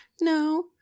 No